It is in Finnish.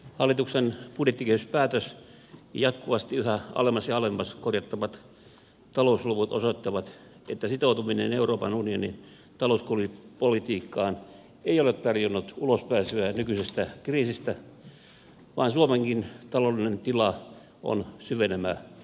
hallituksen budjettikehyspäätös ja jatkuvasti yhä alemmas ja alemmas korjattavat talousluvut osoittavat että sitoutuminen euroopan unionin talouskuripolitiikkaan ei ole tarjonnut ulospääsyä nykyisestä kriisistä vaan suomenkin taloudellinen tila on syvenevä lama